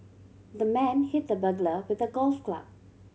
the man hit the burglar with a golf club